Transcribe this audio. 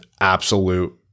absolute